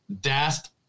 Dast